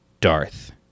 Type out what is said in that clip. Darth